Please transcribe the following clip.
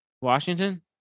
Washington